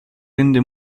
rende